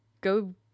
go